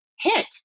hit